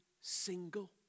single